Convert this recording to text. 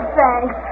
Thanks